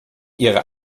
ihre